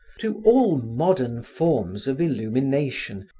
to all modern forms of illumination,